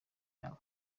yabo